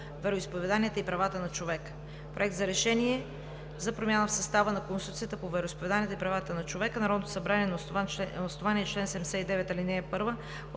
вероизповеданията и правата на човека. „Проект! РЕШЕНИЕ за промяна в състава на Комисията по вероизповеданията и правата на човека Народното събрание на основание чл. 79, ал. 1